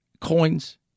coins